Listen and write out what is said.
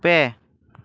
ᱯᱮ